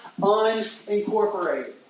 unincorporated